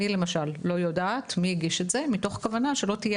אני למשל לא יודעת מי הגיש את זה מתוך כוונה שלא תהיה